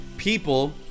people